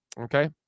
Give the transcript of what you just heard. Okay